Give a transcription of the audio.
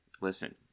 listen